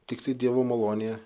tiktai dievo malonėje